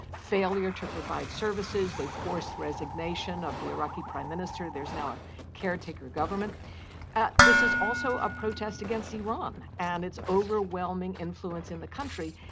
failure to provide services. they forced resignation of the iraqi prime minister. there's now a caretaker government this is also a protest against iran and its overwhelming influence in the country.